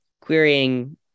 querying